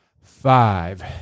five